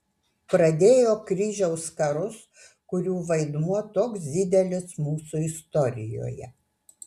pradėjo kryžiaus karus kurių vaidmuo toks didelis mūsų istorijoje